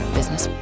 Business